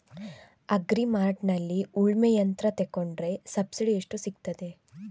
Agri ಮಾರ್ಟ್ನಲ್ಲಿ ಉಳ್ಮೆ ಯಂತ್ರ ತೆಕೊಂಡ್ರೆ ಸಬ್ಸಿಡಿ ಎಷ್ಟು ಸಿಕ್ತಾದೆ?